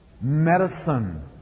medicine